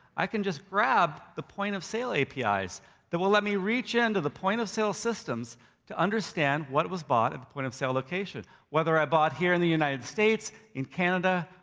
i can just grab the point-of-sale apis that will let me reach into. the point-of-sale systems to understand what was bought at the point-of-sale location. whether i bought here in the united states, in canada,